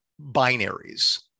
binaries